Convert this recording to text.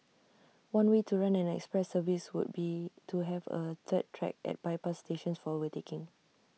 one way to run an express service would be to have A third track at bypass stations for overtaking